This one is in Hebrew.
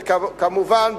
וכמובן,